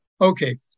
okay